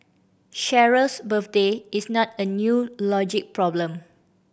Cheryl's birthday is not a new logic problem